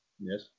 Yes